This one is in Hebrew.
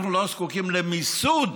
אנחנו לא זקוקים למיסוד